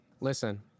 Listen